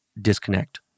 disconnect